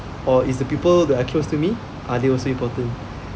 or it's the people that are close to me are they also important